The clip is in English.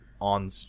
on